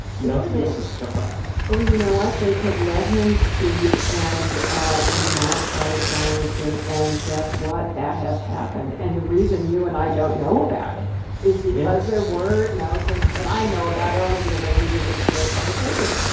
no student would show up or you know what? they could let him speak and ah and not try to silence him. and guess what? that has happened. and the reason you and i don't know about it is because there were no and i know about it only because i read these obscure publications.